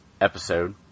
episode